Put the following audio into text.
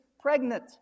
pregnant